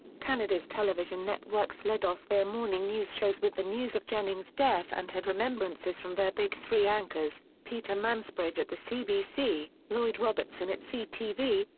canada's television networks led off their morning news shows with the news of jennings' death and had remembrances from their big three anchors, peter mansbridge at the cbc, lloyd robertson at ctv,